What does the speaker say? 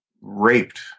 raped